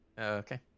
Okay